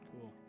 Cool